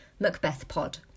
MacbethPod